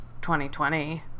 2020